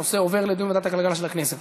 הנושא עובר לדיון בוועדת הכלכלה של הכנסת.